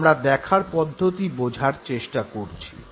আমরা দেখার পদ্ধতি বোঝার চেষ্টা করছি